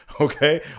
okay